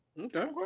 Okay